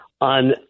on